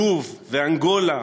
לוב ואנגולה,